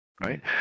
Right